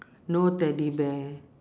no teddy bear